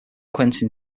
quentin